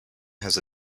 has